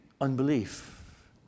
unbelief